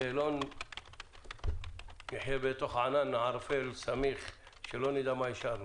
כדי שלא נחיה בתוך ענן ערפל סמיך ולא נדע מה אישרנו.